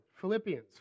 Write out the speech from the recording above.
Philippians